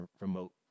remote